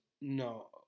No